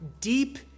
deep